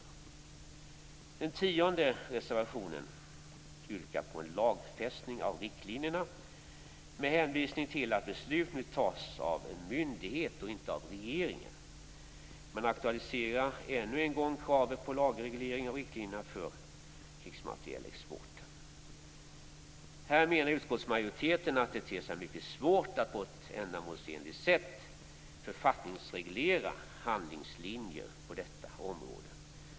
I den tionde reservationen yrkar man på en lagfästning av riktlinjerna med hänvisning till att beslut nu fattas av en myndighet och inte av regeringen. Man aktualiserar ännu en gång kravet på en lagreglering av riktlinjerna för krigsmaterielexport. Här menar utskottsmajoriteten att det ter sig mycket svårt att på ett ändamålsenligt sätt författningsreglera handlingslinjer på detta område.